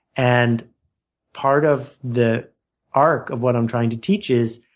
and part of the arc of what i'm trying to teach is